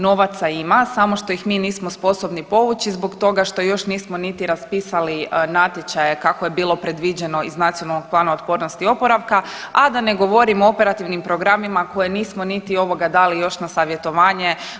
Novaca ima samo što ih mi nismo sposobni povući zbog toga što još nismo niti raspisali natječaje kako je bilo predviđeno iz Nacionalnog plana otpornosti i oporavka, a da ne govorim o operativnim programima koje nismo niti ovoga dali na savjetovanje.